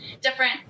different